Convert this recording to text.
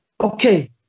okay